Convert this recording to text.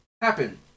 happen